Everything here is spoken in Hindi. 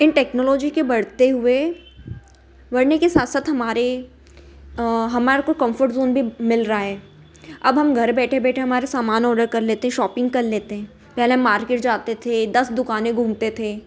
इन टेक्नोलॉजी के बढ़ते हुए बढ़ने साथ साथ हमारे हमारे को कंफर्ट ज़ोन भी मिल रहा है अब हम घर बैठे बैठे हमारे समान ऑर्डर कर लेते हैं शॉपिंग कर लेते हैं पहले हम मार्केट जाते थे दस दुकाने घूमते थे